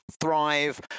thrive